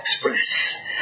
express